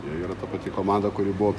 jie yra ta pati komanda kuri buvo